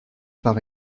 par